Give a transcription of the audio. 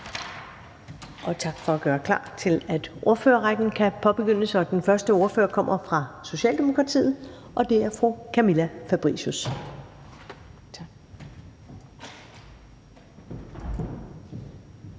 og tak for at gøre klar til, at ordførerrækken kan påbegyndes. Den første ordfører kommer fra Socialdemokratiet, og det er fru Camilla Fabricius. Kl.